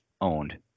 owned